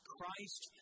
Christ